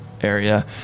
area